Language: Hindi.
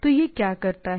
तो यह क्या करता है